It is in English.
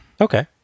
Okay